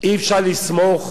אי-אפשר לסמוך